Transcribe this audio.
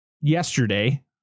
yesterday